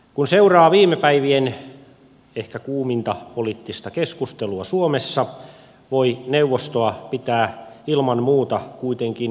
kun seuraa viime päivien ehkä kuuminta poliittista keskustelua suomessa voi neuvostoa pitää ilman muuta kuitenkin edelläkävijänä